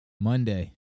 Monday